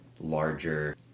larger